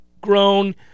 grown